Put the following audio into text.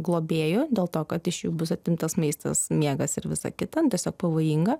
globėjų dėl to kad iš jų bus atimtas maistas miegas ir visa kita nu tiesiog pavojinga